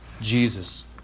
Jesus